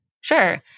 Sure